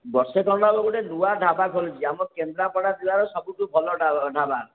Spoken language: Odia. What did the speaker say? ବର୍ଷେ ଖଣ୍ଡେ ହେବ ଗୋଟେ ନୂଆ ଢାବା ଖୋଲିଛି ଆମ କେନ୍ଦ୍ରାପଡ଼ା ଜିଲ୍ଲାର ସବୁଠୁ ଭଲ ଢ଼ା ଢ଼ାବା